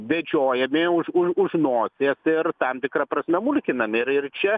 vedžiojami už už už nosies ir tam tikra prasme mulkinami ir ir čia